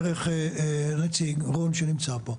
דרך נציגו שנמצא פה,